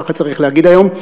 ככה צריך להגיד היום,